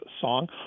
song